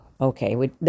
Okay